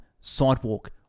sidewalk